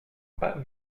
pas